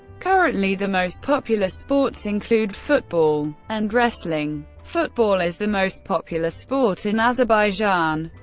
currently, the most popular sports include football and wrestling. football is the most popular sport in azerbaijan,